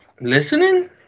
listening